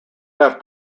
left